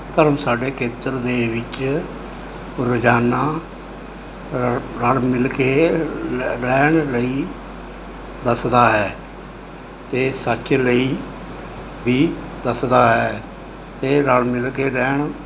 ਧਰਮ ਸਾਡੇ ਖੇਤਰ ਦੇ ਵਿੱਚ ਰੋਜ਼ਾਨਾ ਰਾ ਰਲ਼ ਮਿਲ ਕੇ ਰ ਰਹਿਣ ਲਈ ਦੱਸਦਾ ਹੈ ਅਤੇ ਸੱਚ ਲਈ ਵੀ ਦੱਸਦਾ ਹੈ ਅਤੇ ਰਲ਼ ਮਿਲ ਕੇ ਰਹਿਣ